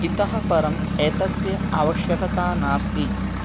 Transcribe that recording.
इतः परम् एतस्य आवश्यकता नास्ति